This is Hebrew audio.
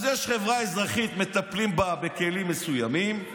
יש חברה אזרחית, מטפלים בה בכלים מסוימים,